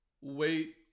Wait